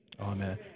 Amen